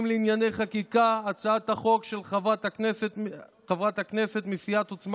לענייני חקיקה הצעת החוק של חברת הכנסת מסיעת עוצמה